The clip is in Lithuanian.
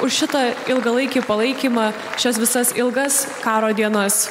už šitą ilgalaikį palaikymą šias visas ilgas karo dienas